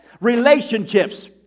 relationships